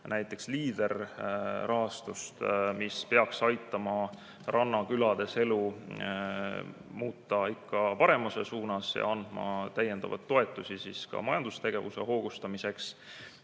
näiteks LEADER-i rahastust, mis peaks aitama rannakülades elu muuta ikka paremuse suunas ja andma ka lisatoetusi majandustegevuse hoogustamiseks.